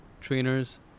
trainers